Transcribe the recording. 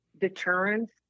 deterrence